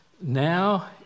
Now